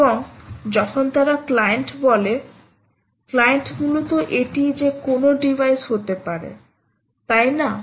এবং যখন তারা ক্লায়েন্ট বলে ক্লায়েন্ট মূলত এটি যে কোনও ডিভাইস হতে পারে তাই না